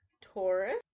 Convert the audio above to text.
Taurus